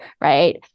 right